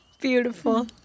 Beautiful